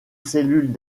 cellules